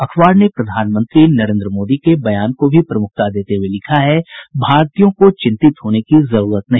अखबार ने प्रधानमंत्री नरेन्द्र मोदी के बयान को भी प्रमुखता देते हुए लिखा है भारतीयों को चिंतित होने की जरूरत नहीं